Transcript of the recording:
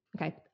okay